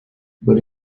but